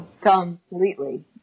completely